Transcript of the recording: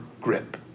grip